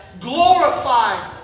glorified